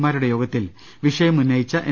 മാരുടെ യോഗത്തിൽ വിഷയം ഉന്നയിച്ച എൻ